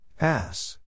Ass